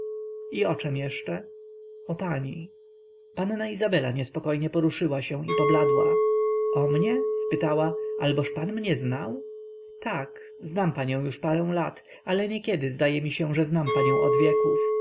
i o czem jeszcze o pani panna izabela niespokojnie poruszyła się i pobladła o mnie spytała alboż pan mnie znał tak znam panią już parę lat ale niekiedy zdaje mi się że znam panią od wieków